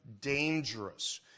dangerous